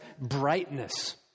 brightness